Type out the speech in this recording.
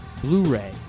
Blu-ray